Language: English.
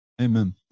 amen